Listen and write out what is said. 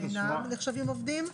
שאינם נחשבים עובדים.